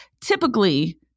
typically